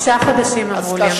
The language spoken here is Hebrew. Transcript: תשעה חודשים, אמרו לי, הממשלה.